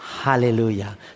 Hallelujah